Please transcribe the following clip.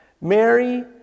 Mary